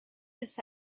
his